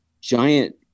giant